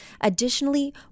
Additionally